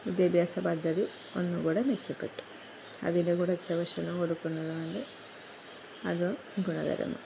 വിദ്യാഭ്യാസ പദ്ധതി ഒന്നു കൂടെ മെച്ചപ്പെട്ടു അതിന്റെ കൂടെ ഉച്ചഭക്ഷണം കൊടുക്കുന്നതുകൊണ്ട് അതും ഗുണകരമാണ്